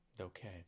Okay